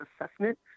assessment